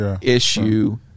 issue